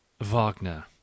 Wagner